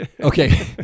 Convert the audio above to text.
Okay